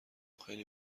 خیلی